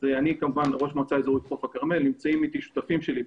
ועמותות אחרות נאבקנו ככל שיכולנו,